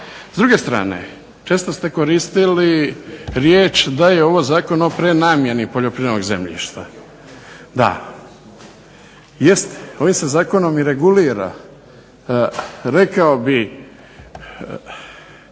S druge strane, često ste koristili riječ da je ovo zakon o prenamijeni poljoprivrednog zemljišta. Da, jest ovim se zakonom regulira prenamjena